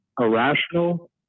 irrational